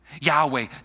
Yahweh